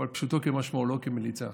אבל פשוטו כמשמעו, לא כמליצה.